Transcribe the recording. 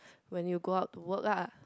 when you go out to work lah